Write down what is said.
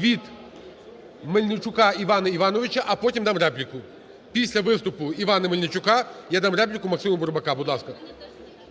від Мельничука Івана Івановича, а потім дам репліку. Після виступу Івана Мельничука я дам репліку Максиму Бурбаку. Будь ласка.